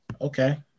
Okay